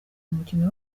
umukino